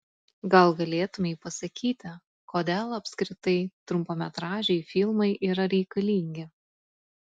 gal galėtumei pasakyti kodėl apskritai trumpametražiai filmai yra reikalingi